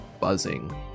buzzing